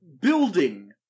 building